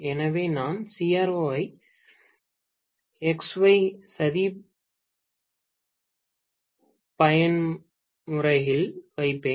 எனவே நான் CRO ஐ XY சதி பயன்முறையில் வைப்பேன்